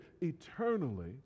eternally